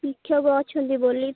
ଶିକ୍ଷକ ଅଛନ୍ତି ବୋଲି ତ